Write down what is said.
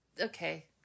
okay